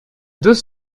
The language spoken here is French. deux